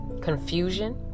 confusion